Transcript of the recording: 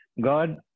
God